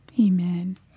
Amen